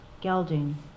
gelding